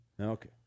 Okay